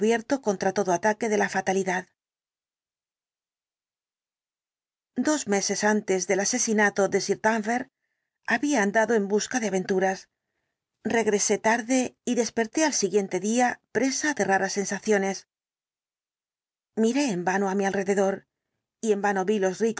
contra todo ataque de la fatalidad dos meses antes del asesinato de sir danvers había andado en busca de aventuras regresé tarde y desperté al siguien el dr jekyll te día presa de raras sensaciones miré en vano á mi alrededor y en vano vi